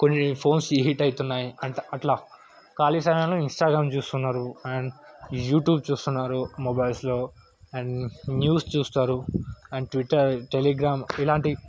కొన్ని phones heat అవుతున్నాయి అంట అట్లా ఖాళీ సమయాల్లో ఇన్స్టాగ్రామ్ చూస్తున్నరు అండ్ యూట్యూబ్ చూస్తున్నరు మొబైల్స్లో అండ్ న్యూస్ చూస్తారు అండ్ ట్విట్టర్ టెలిగ్రాం ఇలాంటి